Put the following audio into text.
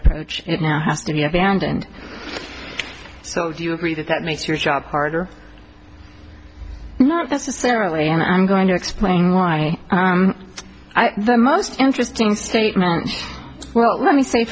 approach it now has to be abandoned so do you agree that that makes your job harder not necessarily and i'm going to explain why the most interesting statement well let me say